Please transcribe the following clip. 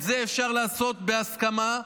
את זה אפשר לעשות בהסכמה,